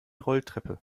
rolltreppe